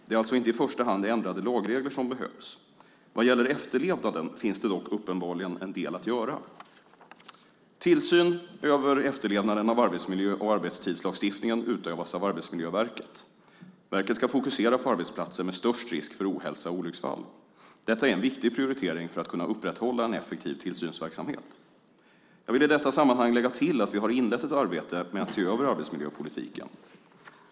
Det är alltså inte i första hand ändrade lagregler som behövs. Vad gäller efterlevnaden finns det dock uppenbarligen en del att göra. Tillsyn över efterlevnaden av arbetsmiljö och arbetstidslagstiftningen utövas av Arbetsmiljöverket. Verket ska fokusera på arbetsplatser med störst risk för ohälsa och olycksfall. Detta är en viktig prioritering för att kunna upprätthålla en effektiv tillsynsverksamhet. Jag vill i detta sammanhang lägga till att vi har inlett ett arbete med att se över arbetsmiljöpolitiken.